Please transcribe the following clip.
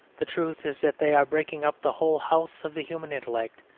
the truth is that they are breaking up the whole house of the human intellect,